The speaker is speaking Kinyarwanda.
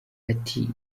ati